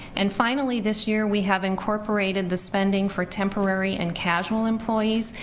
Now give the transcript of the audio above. and finally, this year we have incorporated the spending for temporary and casual employees.